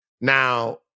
Now